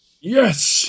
yes